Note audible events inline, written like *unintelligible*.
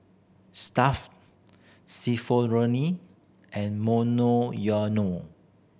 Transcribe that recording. Stuff'd *unintelligible* and Monoyono